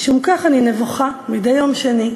משום כך אני נבוכה מדי יום שני,